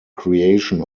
creation